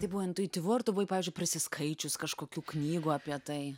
tai buvo intuityvu ar tu buvai pavyzdžiui prisiskaičius kažkokių knygų apie tai